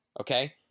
okay